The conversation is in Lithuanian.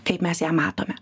kaip mes ją matome